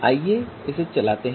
आइए इसे चलाते हैं